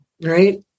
Right